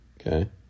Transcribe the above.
Okay